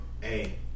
Hey